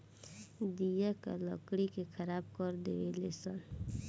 दियाका लकड़ी के खराब कर देवे ले सन